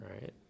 right